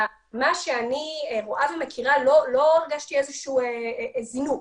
ממה שאני רואה ומכירה, לא הרגשתי באיזשהו זינוק.